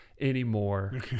anymore